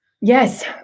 Yes